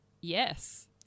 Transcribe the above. Yes